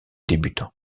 débutants